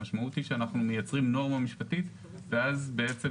המשמעות היא שאנחנו מייצרים נורמה משפטית ואז בעצם